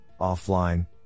offline